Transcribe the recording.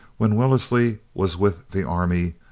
when wellesley was with the army,